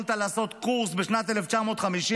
יכולת לעשות קורס בשנת 1950,